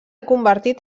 convertit